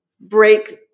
break